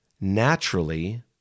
naturally